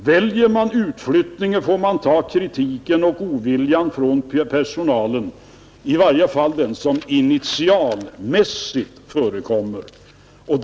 Väljer vi utflyttningen får vi också ta på oss den kritik och den ovilja som i varje fall initialmässigt förekommer bland personalen.